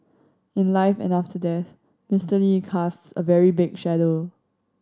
in life and after death Mister Lee casts a very big shadow